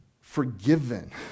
forgiven